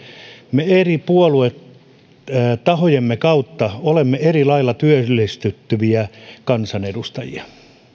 me eri puoluetahojemme kautta olemme eri lailla työllistettäviä kansanedustajia